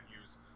use